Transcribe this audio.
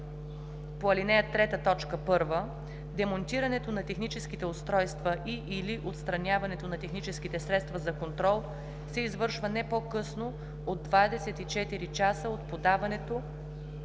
по ал. 3, т. 1, демонтирането на техническите устройства и/или отстраняването на техническите средства за контрол се извършва не по-късно от 24 часа от подаването